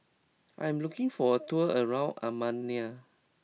I am looking for a tour around Armenia